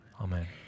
amen